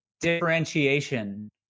differentiation